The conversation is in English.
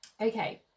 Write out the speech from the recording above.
okay